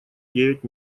девять